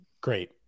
great